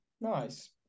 Nice